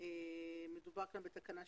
או מנהל